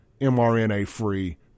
mRNA-free